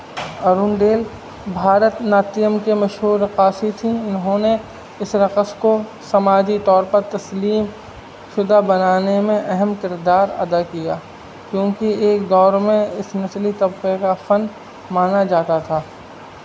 Arundale Bharatanatyam کے مشہور رقاصی تھیں انہوں نے اس رقص کو سماجی طور پر تسلیم شدہ بنانے میں اہم کردار ادا کیا کیونکہ ایک دور میں اس طبقے کا فن مانا جاتا تھا